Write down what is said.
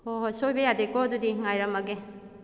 ꯍꯣꯏ ꯍꯣꯏ ꯁꯣꯏꯕ ꯌꯥꯗꯦꯀꯣ ꯑꯗꯨꯗꯤ ꯉꯥꯏꯔꯝꯃꯒꯦ